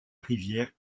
rivière